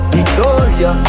Victoria